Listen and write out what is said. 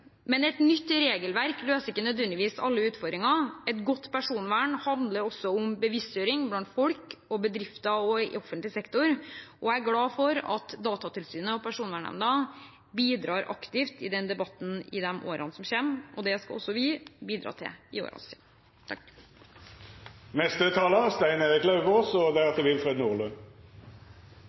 Men et nytt regelverk løser ikke nødvendigvis alle utfordringer. Et godt personvern handler også om bevisstgjøring blant folk, bedrifter og i offentlig sektor. Jeg er glad for at Datatilsynet og Personvernnemnda bidrar aktivt i den debatten i årene som kommer. Der skal også vi bidra. Jeg har lyst til å gi ros til saksordføreren for en ryddig og